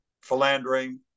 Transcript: philandering